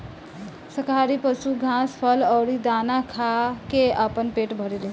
शाकाहारी पशु घास, फल अउरी दाना खा के आपन पेट भरेले